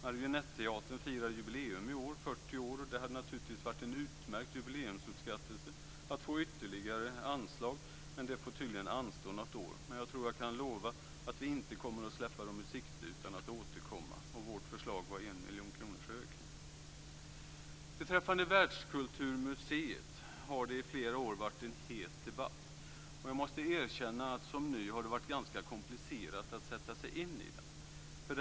Marionetteatern firar jubileum i år, 40 år, och det hade naturligtvis varit en utmärkt jubileumsuppskattelse att få ytterligare anslag. Men det får tydligen anstå något år. Jag tror att jag kan lova att vi inte kommer att släppa den ur sikte utan att återkomma. Vårt förslag var en ökning med 1 Beträffande Världskulturmuseet har det i flera år varit en het debatt, och jag måste erkänna att det som ny har varit ganska komplicerat att sätta sig in i den.